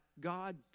God